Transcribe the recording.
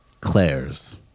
Claire's